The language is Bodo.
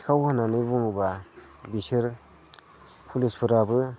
सिखाव होननानै बुङोबा बिसोर पुलिसफोराबो